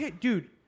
dude